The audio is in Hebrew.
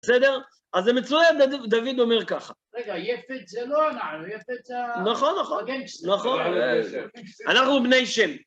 בסדר? אז זה מצוין, דוד אומר ככה. רגע, יפת זה לא הנער, יפת זה ה... נכון, נכון. הגנגסטר. אנחנו בני שם.